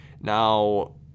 Now